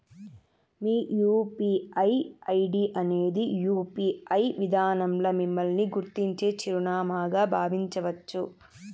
మీ UPI ID అనేది UPI విదానంల మిమ్మల్ని గుర్తించే చిరునామాగా బావించచ్చు